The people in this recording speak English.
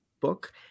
book